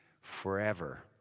forever